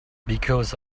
because